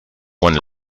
one